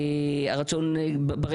נושא בו אנחנו עוסקים עכשיו,